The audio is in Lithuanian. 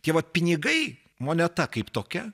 tie vat pinigai moneta kaip tokia